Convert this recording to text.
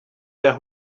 their